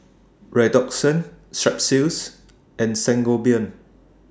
Redoxon Strepsils and Sangobion